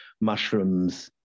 mushrooms